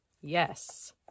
yes